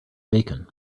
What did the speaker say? bacon